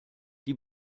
die